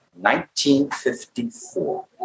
1954